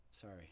Sorry